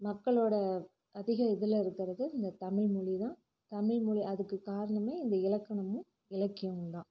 மக்களோடய அதிகம் இதில் இருக்கிறது இந்த தமிழ்மொழி தான் தமிழ்மொழி அதுக்கு காரணமே இந்த இலக்கணமும் இலக்கியமும் தான்